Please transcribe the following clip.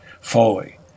fully